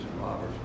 robbers